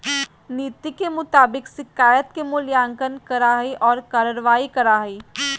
नीति के मुताबिक शिकायत के मूल्यांकन करा हइ और कार्रवाई करा हइ